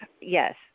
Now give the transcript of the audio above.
Yes